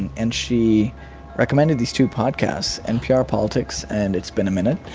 and and she recommended these two podcasts, npr politics and it's been a minute